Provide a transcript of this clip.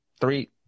Three